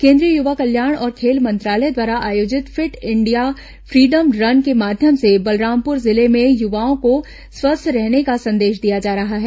केंद्रीय युवा कल्याण और खेल मंत्रालय द्वारा आयोजित फिट इंडिया फ्रीडम रन के माध्यम से बलरामपुर जिले में युवाओं को स्वस्थ रहने का संदेश दिया जा रहा है